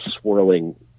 swirling